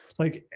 like,